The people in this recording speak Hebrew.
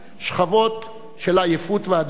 שכבות של עייפות ואדישות.